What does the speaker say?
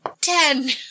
Ten